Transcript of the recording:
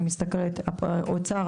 אני מסתכלת אוצר,